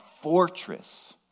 fortress